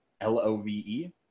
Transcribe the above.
L-O-V-E